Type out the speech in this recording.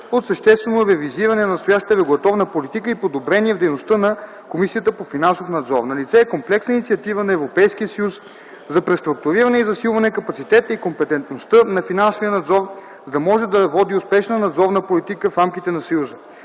от съществено ревизиране на настоящата регулаторна политика и подобрение в дейността на Комисията за финансов надзор. Налице е комплексна инициатива на Европейския съюз за преструктуриране и засилване капацитета и компетентността на финансовия надзор, за да може да води успешна надзорна политика в рамките на Съюза.